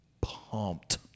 pumped